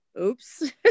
Oops